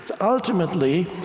Ultimately